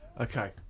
Okay